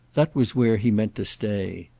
that was where he meant to stay.